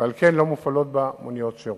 ועל כן לא מופעלות בה מוניות שירות.